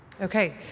Okay